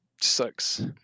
sucks